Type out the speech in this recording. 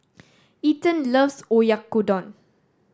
Ethen loves Oyakodon